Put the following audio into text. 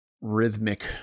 rhythmic